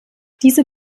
diese